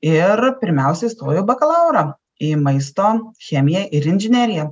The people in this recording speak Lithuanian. ir pirmiausia įstojau į bakalaurą į maisto chemiją ir inžineriją